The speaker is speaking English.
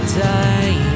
die